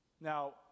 Now